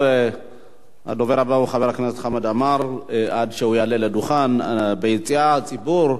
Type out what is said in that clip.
עד שיעלה לדוכן ביציע הציבור יש תלמידים מבית הספר "בר-אילן" בנתניה.